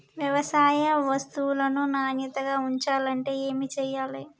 వ్యవసాయ వస్తువులను నాణ్యతగా ఉంచాలంటే ఏమి చెయ్యాలే?